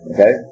Okay